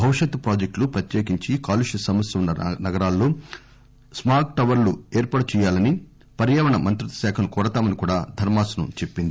భవిష్యత్ ప్రాజెక్ట్ లు ప్రత్యేకించి కాలుష్య సమస్య ఉన్న నగరాల్లో స్మాగ్ టవర్లు ఏర్పాటు చేయాలని పర్యావరణ మంత్రిత్వశాఖను కోరతామని కూడా ధర్మాసనం చెప్పింది